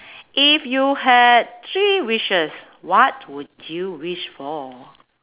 if you had three wishes what would you wish for